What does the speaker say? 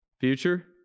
Future